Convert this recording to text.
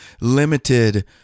limited